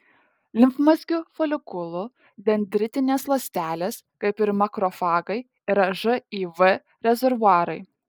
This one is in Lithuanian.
limfmazgių folikulų dendritinės ląstelės kaip ir makrofagai yra živ rezervuarai